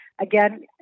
Again